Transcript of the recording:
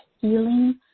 healing